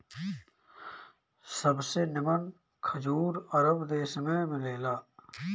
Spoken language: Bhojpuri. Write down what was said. सबसे निमन खजूर अरब देश में मिलेला